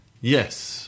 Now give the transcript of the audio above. Yes